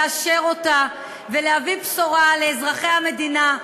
לאשר אותה ולהביא בשורה לאזרחי המדינה,